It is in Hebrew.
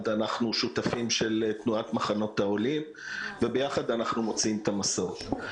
אנחנו שותפים של תנועת מחנות העולים וביחד אנחנו מוציאים את המסעות.